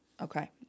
Okay